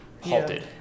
halted